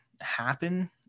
happen